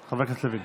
חבר הכנסת לוין,